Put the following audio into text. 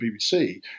BBC